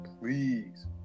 please